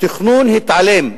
התכנון התעלם,